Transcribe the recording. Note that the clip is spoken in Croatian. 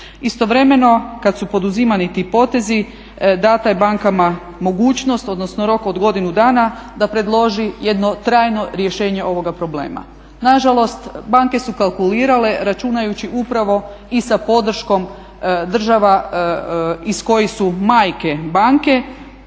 Istovremeno kada su poduzimani ti potezi dana je bankama mogućnost odnosno rok od godinu dana da predloži jedno trajno rješenje ovoga problema. Nažalost, banke su kalkulirale računajući upravo i sa podrškom država iz kojih su majke banke